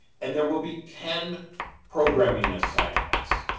and there will be ten programming assignments.